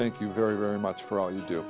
thank you very very much for all you do